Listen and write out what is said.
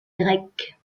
grecque